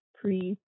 pre